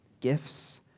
gifts